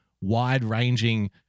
wide-ranging